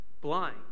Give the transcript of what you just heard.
blind